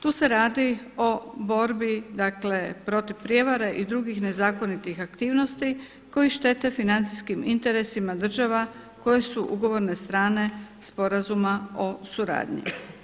Tu se radi o borbi protiv prijevare i drugih nezakonitih aktivnosti koji štete financijskim interesima država koje su ugovorne strane sporazuma o suradnji.